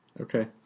Okay